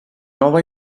nuova